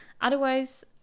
otherwise